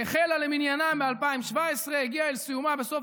שהחלה ב-2017 למניינם והגיעה אל סיומה בסוף